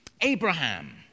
Abraham